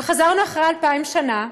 וחזרנו אחרי 2,000 שנה,